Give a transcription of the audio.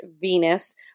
Venus